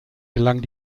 gelang